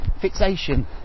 fixation